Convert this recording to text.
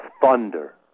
thunder